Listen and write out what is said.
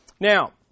Now